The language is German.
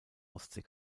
ostsee